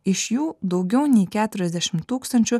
iš jų daugiau nei keturiasdešimt tūkstančių